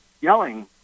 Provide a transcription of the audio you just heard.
yelling